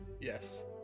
Yes